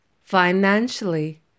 financially